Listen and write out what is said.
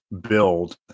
build